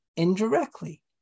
Indirectly